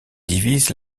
divise